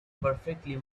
perfectly